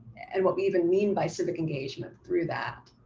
and what we even mean by civic engagement through that.